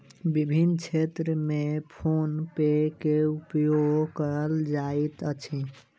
विभिन्न क्षेत्र में फ़ोन पे के उपयोग कयल जाइत अछि